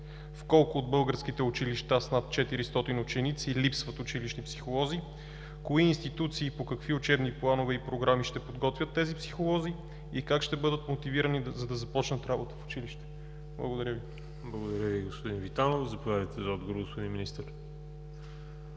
колко от българските училища с над 400 ученици липсват училищни психолози; кои институции и по какви учебни планове и програми ще подготвят тези психолози; как ще бъдат мотивирани, за да започнат работа в училище? Благодаря Ви. ПРЕДСЕДАТЕЛ ВАЛЕРИ ЖАБЛЯНОВ: Благодаря Ви, господин Витанов. Заповядайте за отговор, господин Министър.